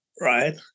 right